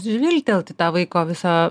žvilgtelt į tą vaiko visą